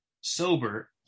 sober